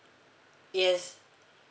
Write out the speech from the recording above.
yes